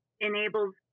enables